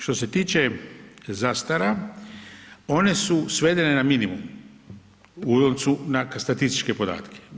Što se tiče zastara one su svedene na minimum u odnosu na statističke podatke.